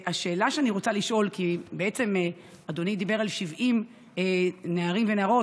השאלה שאני רוצה לשאול: בעצם אדוני דיבר על 70 נערים ונערות,